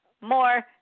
more